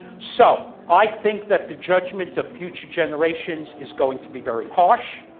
so i think that the judgment of future generations is going to be very harsh.